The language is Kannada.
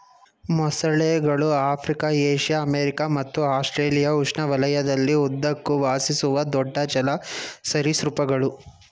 ಮೊಸಳೆಗಳು ಆಫ್ರಿಕಾ ಏಷ್ಯಾ ಅಮೆರಿಕ ಮತ್ತು ಆಸ್ಟ್ರೇಲಿಯಾ ಉಷ್ಣವಲಯದಲ್ಲಿ ಉದ್ದಕ್ಕೂ ವಾಸಿಸುವ ದೊಡ್ಡ ಜಲ ಸರೀಸೃಪಗಳು